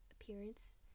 appearance